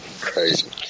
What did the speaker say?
crazy